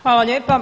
Hvala lijepa.